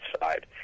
side